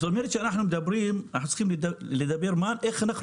זאת אומרת שאנחנו צריכים לדבר איך אנחנו